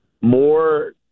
more –